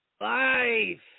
life